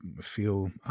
feel